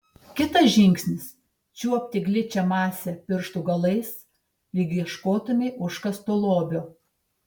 kitas žingsnis čiuopti gličią masę pirštų galais lyg ieškotumei užkasto lobio